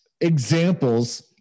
examples